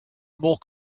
more